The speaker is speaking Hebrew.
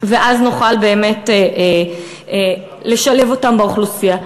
ואז נוכל באמת לשלב אותם באוכלוסייה.